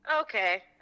okay